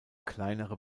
kleinere